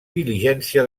diligència